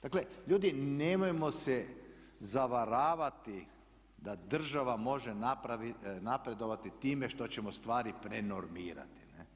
Dakle, ljudi nemojmo se zavaravati da država može napredovati time što ćemo stvari prenormirati.